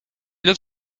love